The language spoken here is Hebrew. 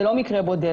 זה לא מקרה בודד.